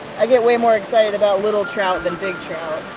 i get way more excited about little trout than big trout.